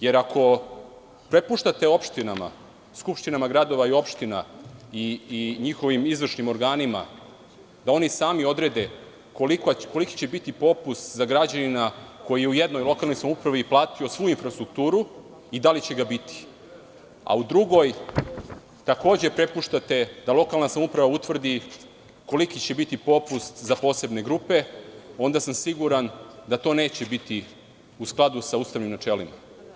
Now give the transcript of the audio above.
Jer, ako prepuštate opštinama, skupštinama gradova i opština i njihovim izvršnim organima da sami odrede koliki će biti popust za građanina koji je u jednoj lokalnoj samoupravi platio svu infrastrukturu i da li će ga biti, a u drugoj takođe prepuštate da lokalna samouprava utvrdi koliki će biti popust za posebne grupe, onda sam siguran da to neće biti u skladu sa ustavnim načelima.